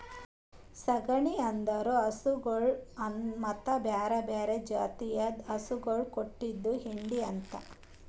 ಸಗಣಿ ಅಂದುರ್ ಹಸುಗೊಳ್ ಮತ್ತ ಬ್ಯಾರೆ ಬ್ಯಾರೆ ಜಾತಿದು ಹಸುಗೊಳ್ ಕೊಟ್ಟಿದ್ ಹೆಂಡಿ ಅದಾ